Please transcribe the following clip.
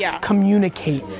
communicate